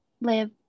live